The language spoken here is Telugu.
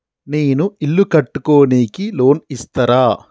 నేను ఇల్లు కట్టుకోనికి లోన్ ఇస్తరా?